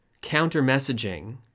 counter-messaging